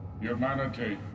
Humanity